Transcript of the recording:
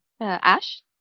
Ash